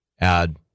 add